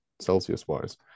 Celsius-wise